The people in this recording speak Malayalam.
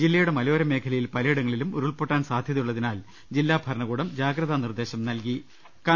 ജില്ലയുടെ മലയോര മേഖലകളിൽ പിലയിട്ടങ്ങളിലും ഉരുൾപൊ ട്ടാൻ സാധ്യതയുളളതിനാൽ ജില്ലാ ഭരണകൂടം ജാഗ്രതാ നിർദേശം നൽകിയിട്ടുണ്ട്